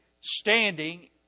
standing